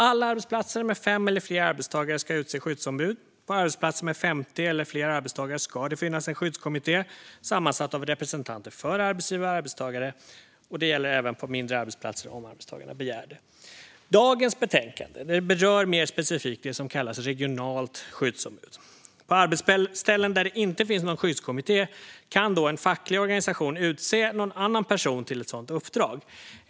Alla arbetsplatser med 5 eller fler arbetstagare ska utse skyddsombud. På arbetsplatser med 50 eller fler arbetstagare ska det finns en skyddskommitté sammansatt av representanter för arbetsgivare och arbetstagare. Det gäller även på mindre arbetsplatser om arbetstagarna begär det. Dagens betänkande berör mer specifikt det som kallas regionalt skyddsombud. På arbetsställen där det inte finns någon skyddskommitté kan en facklig organisation utse någon annan person till ett sådant uppdrag.